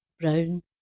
brown